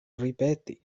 ripeti